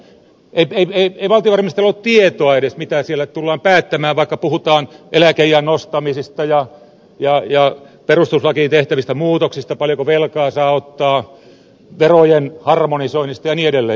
ei valtiovarainministerillä ollut tietoa edes siitä mitä siellä tullaan päättämään vaikka puhutaan eläkeiän nostamisista ja perustuslakiin tehtävistä muutoksista paljonko velkaa saa ottaa verojen harmonisoinnista ja niin edelleen